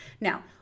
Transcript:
now